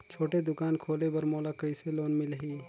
छोटे दुकान खोले बर मोला कइसे लोन मिलही?